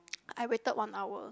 I waited one hour